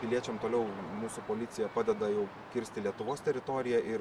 piliečiam toliau mūsų policija padeda jau kirsti lietuvos teritoriją ir